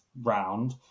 round